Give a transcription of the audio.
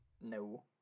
No